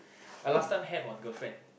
I last time had one girlfriend